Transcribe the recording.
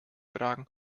fragen